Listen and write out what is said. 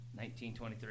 1923